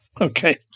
Okay